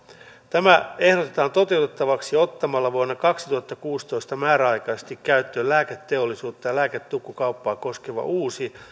tämä ehdotetaan toteutettavaksi ottamalla vuonna kaksituhattakuusitoista määräaikaisesti käyttöön lääketeollisuutta ja lääketukkukauppaa koskeva uusi